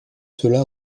cela